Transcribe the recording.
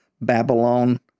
Babylon